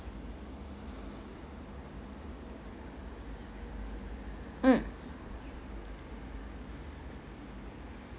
mm